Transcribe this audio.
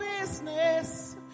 business